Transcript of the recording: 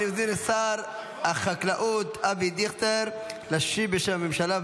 אני מזמין את שר החקלאות אבי דיכטר להשיב בשם הממשלה,